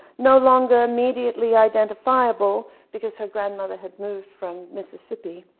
no longer immediately identifiable, because her grandmother had moved from mississippi.